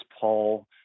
Paul